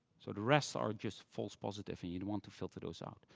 so the rest are just false positive, and you want to filter those out.